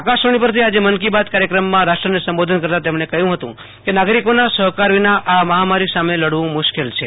આકાશવાણી પરથી આજે મનકી બાત કાર્યક્રમમાં રાષ્ટ્રને સંબોધન કરતાં તેમણે કહ્યું હતું કે નાગરિકોના સહકાર વિના આ મહામારી સામે લડવું મુશ્કેલ છે